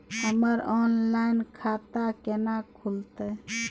हमर ऑनलाइन खाता केना खुलते?